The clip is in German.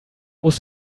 musst